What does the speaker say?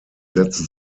setzte